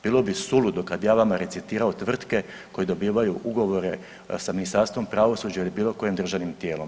Bilo bi suludo kada bih ja vama recitirao tvrtke koje dobivaju ugovore sa Ministarstvom pravosuđa ili bilo kojim državnim tijelom.